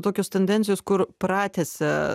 tokios tendencijos kur pratęsia